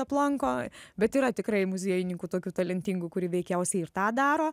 aplanko bet yra tikrai muziejininkų tokių talentingų kurie veikiausiai ir tą daro